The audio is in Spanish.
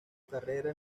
carrera